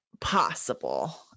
possible